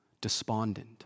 despondent